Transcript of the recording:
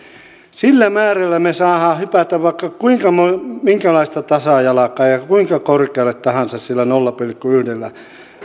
sillä määrällä me saamme hypätä vaikka minkälaista tasajalkaa ja kuinka korkealle tahansa niillä nolla pilkku yhden